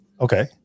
Okay